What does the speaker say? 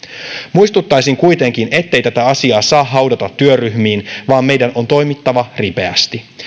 muistuttaisin kuitenkin ettei tätä asiaa saa haudata työryhmiin vaan meidän on toimittava ripeästi